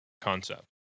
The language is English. concept